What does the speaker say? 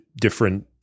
different